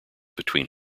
between